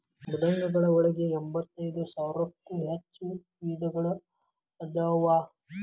ಮೃದ್ವಂಗಿಗಳ ಒಳಗ ಎಂಬತ್ತೈದ ಸಾವಿರಕ್ಕೂ ಹೆಚ್ಚ ವಿಧಗಳು ಅದಾವ